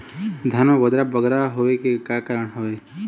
धान म बदरा बगरा होय के का कारण का हवए?